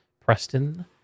Preston